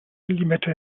limette